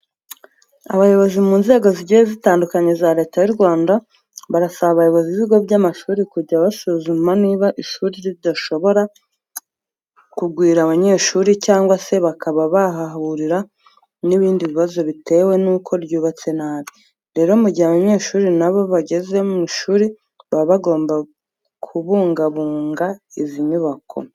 Abayobozi mu nzego zigiye zitandukanye za Leta y'u Rwanda barasaba abayobozi b'ibigo by'amashuri kujya basuzuma niba ishuri ridashobora kugwira abanyeshuri cyangwa se bakaba bahahurira n'ibindi bibazo bitewe nuko ryubatse nabi. Rero mu gihe abanyeshuri na bo bageze mu ishuri baba bagomba kubungabunga izi nyubako.